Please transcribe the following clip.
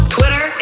Twitter